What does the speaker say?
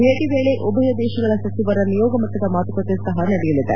ಭೇಟಿ ವೇಳೆ ಉಭಯ ದೇಶಗಳ ಸಚಿವರ ನಿಯೋಗ ಮಟ್ಟದ ಮಾತುಕತೆ ಸಹ ನಡೆಯಲಿದೆ